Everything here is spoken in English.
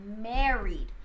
married